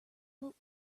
but